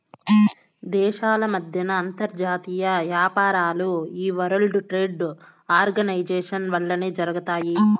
దేశాల మద్దెన అంతర్జాతీయ యాపారాలు ఈ వరల్డ్ ట్రేడ్ ఆర్గనైజేషన్ వల్లనే జరగతాయి